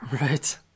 Right